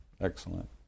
Excellent